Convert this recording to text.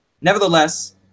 nevertheless